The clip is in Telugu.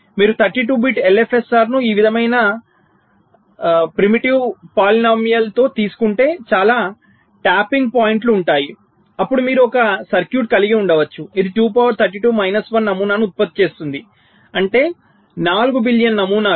మీరు 32 బిట్ ఎల్ఎఫ్ఎస్ఆర్ను ఈ విధమైన ఆదిమ బహుపదితో తీసుకుంటే చాలా ట్యాపింగ్ పాయింట్లు ఉంటాయి అప్పుడు మీరు ఒక సర్క్యూట్ కలిగి ఉండవచ్చు ఇది 2 పవర్ 32 మైనస్ 1 నమూనాను ఉత్పత్తి చేస్తుంది అంటే 4 బిలియన్ నమూనాలు